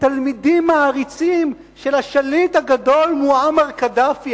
כתלמידים מעריצים של השליט הגדול מועמר קדאפי,